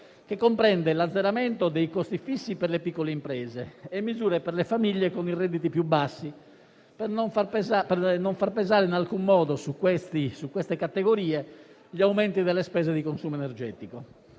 comprende l'azzeramento dei costi fissi per le piccole imprese e misure per le famiglie con i redditi più bassi, per non far pesare in alcun modo su queste categorie gli aumenti delle spese di consumo energetico,